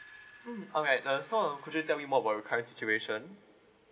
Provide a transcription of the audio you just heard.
mm okay uh before could you tell me more about your current situation